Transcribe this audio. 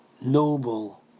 noble